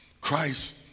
Christ